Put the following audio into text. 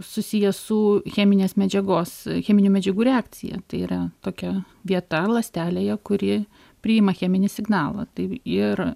susiję su cheminės medžiagos cheminių medžiagų reakcija tai yra tokia vieta ląstelėje kuri priima cheminį signalą taip ir